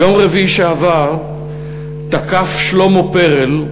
ביום רביעי שעבר תקף שלמה פרל,